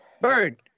Bird